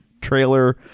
Trailer